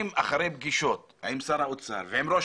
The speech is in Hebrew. אם אחרי פגישות עם שר האוצר ועם ראש